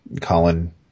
Colin